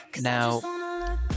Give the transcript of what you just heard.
Now